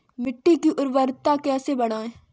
मिट्टी की उर्वरता कैसे बढ़ाएँ?